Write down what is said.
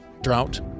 drought